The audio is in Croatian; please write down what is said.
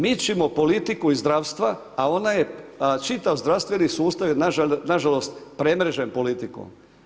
Mičimo politiku iz zdravstva, a ona je čitav zdravstveni sustav je nažalost premrežen politikom.